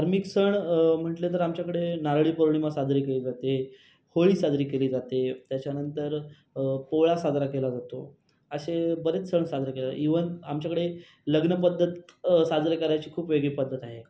धार्मिक सण म्हटलं तर आमच्याकडे नारळी पौर्णिमा साजरी केली जाते होळी साजरी केली जाते त्याच्यानंतर पोळा साजरा केला जातो असे बरेच सण साजरे केले ज इवन आमच्याकडे लग्न पद्धत साजरे करायची खूप वेगळी पद्धत आहे